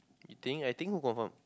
you think I think who confirm